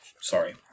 Sorry